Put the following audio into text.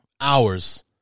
hours